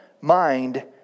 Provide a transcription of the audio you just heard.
mind